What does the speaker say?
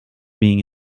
being